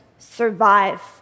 survive